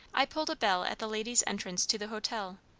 i pulled a bell at the ladies' entrance to the hotel,